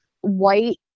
white